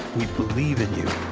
we believe in you.